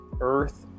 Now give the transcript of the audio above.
earth